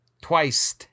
twice